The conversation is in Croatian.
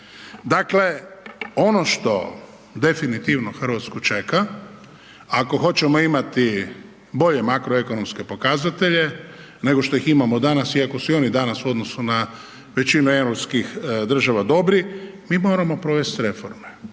Dakle, ono što definitivno Hrvatsku čeka, ako hoćemo imati bolje makroekonomske pokazatelje nego što ih imamo danas, iako su i oni danas u odnosu na većinu europskih država dobri, mi moramo provesti reforme.